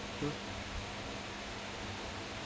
uh